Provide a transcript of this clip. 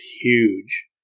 huge